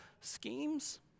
schemes